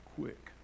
quick